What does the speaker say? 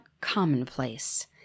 commonplace